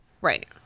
right